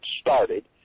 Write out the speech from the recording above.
started